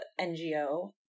NGO